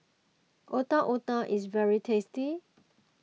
Otak Otak is very tasty